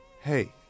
Hey